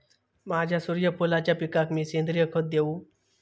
माझ्या सूर्यफुलाच्या पिकाक मी सेंद्रिय खत देवू?